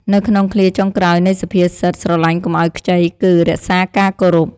នៅក្នុងឃ្លាចុងក្រោយនៃសុភាសិត "ស្រឡាញ់កុំឲ្យខ្ចី" គឺ "រក្សាការគោរព"។